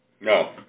No